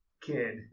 kid